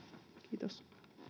kiitos